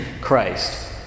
Christ